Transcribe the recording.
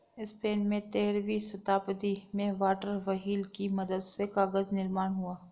Spain में तेरहवीं शताब्दी में वाटर व्हील की मदद से कागज निर्माण हुआ